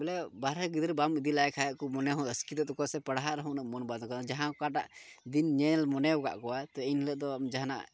ᱵᱚᱞᱮ ᱵᱟᱦᱨᱮ ᱜᱤᱫᱽᱨᱟᱹ ᱵᱟᱢ ᱤᱫᱤ ᱞᱮᱠᱷᱟᱡ ᱠᱚ ᱢᱚᱱᱮ ᱦᱚᱸ ᱟᱥᱠᱮᱛᱚᱜ ᱛᱟᱠᱚᱣᱟ ᱥᱮ ᱯᱟᱲᱦᱟᱣ ᱨᱮᱦᱚᱸ ᱩᱱᱟᱹᱜ ᱢᱚᱱ ᱵᱟᱝ ᱞᱟᱜᱟᱜᱼᱟ ᱡᱟᱦᱟᱸ ᱚᱠᱟᱴᱟᱜ ᱫᱤᱱ ᱧᱮᱞ ᱢᱚᱱᱮ ᱠᱟᱜ ᱠᱚᱣᱟ ᱛᱚ ᱮᱱ ᱦᱤᱞᱳᱜ ᱫᱚ ᱡᱟᱦᱟᱱᱟᱜ